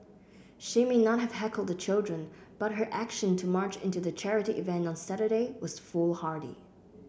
she may not have heckled the children but her action to march into the charity event on Saturday was foolhardy